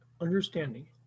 understanding